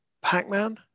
Pac-Man